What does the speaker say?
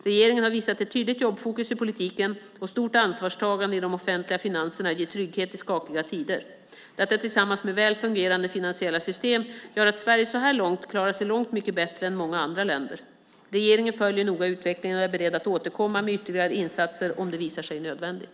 Regeringen har visat att tydligt jobbfokus i politiken och stort ansvarstagande i de offentliga finanserna ger trygghet i skakiga tider. Detta tillsammans med väl fungerande finansiella system gör att Sverige så här långt har klarat sig långt mycket bättre än andra länder. Regeringen följer noga utvecklingen och är beredd att återkomma med ytterligare insatser om det visar sig nödvändigt.